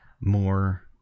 more